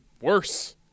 worse